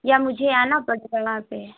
या मुझे आना पड़ जाएगा यहाँ पर